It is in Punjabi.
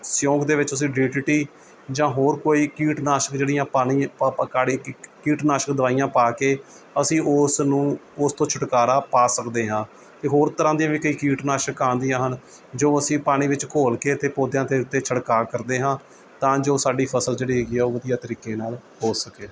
ਸਿਉਂਕ ਦੇ ਵਿੱਚ ਅਸੀਂ ਡੀ ਡੀ ਟੀ ਜਾਂ ਹੋਰ ਕੋਈ ਕੀਟਨਾਸ਼ਕ ਜਿਹੜੀਆਂ ਪਾਣੀ ਕੀਟਨਾਸ਼ਕ ਦਵਾਈਆਂ ਪਾ ਕੇ ਅਸੀਂ ਉਸ ਨੂੰ ਉਸ ਤੋਂ ਛੁਟਕਾਰਾ ਪਾ ਸਕਦੇ ਹਾਂ ਅਤੇ ਹੋਰ ਤਰ੍ਹਾਂ ਦੀਆਂ ਵੀ ਕਈ ਕੀਟਨਾਸ਼ਕ ਆਉਂਦੀਆਂ ਹਨ ਜੋ ਅਸੀਂ ਪਾਣੀ ਵਿੱਚ ਘੋਲ ਕੇ ਅਤੇ ਪੌਦਿਆਂ ਦੇ ਉੱਤੇ ਛੜਕਾਅ ਕਰਦੇ ਹਾਂ ਤਾਂ ਜੋ ਸਾਡੀ ਫ਼ਸਲ ਜਿਹੜੀ ਹੈਗੀ ਹੈ ਉਹ ਵਧੀਆ ਤਰੀਕੇ ਨਾਲ਼ ਹੋ ਸਕੇ